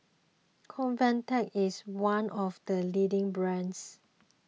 Convatec is one of the leading brands